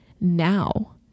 now